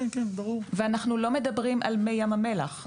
אנחנו לא מדברים על מי ים המלח.